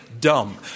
dumb